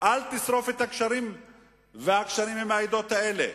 אל תשרוף את הקשרים והגשרים עם העדות האלה.